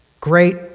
great